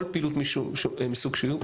כל פעילות מסוג שהוא,